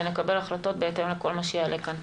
ונקבל החלטות בהתאם לכל מה שיעלה כאן.